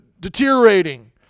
deteriorating